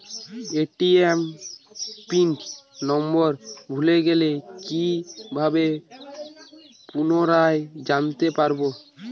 ATM PIN number ভুলে গেলে কি ভাবে পুনরায় জানতে পারবো?